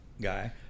guy